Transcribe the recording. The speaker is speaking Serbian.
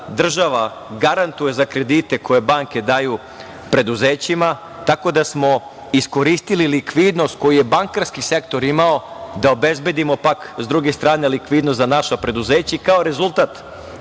država garantuje za kredite koje banke daju preduzećima, tako da smo iskoristili likvidnost koju je bankarski sektor imao da obezbedimo, pak, sa druge strane, likvidnost za naša preduzeća i kao rezultat